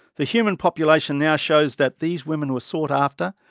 the human population now shows that these women were sought after,